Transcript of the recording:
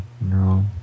No